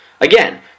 again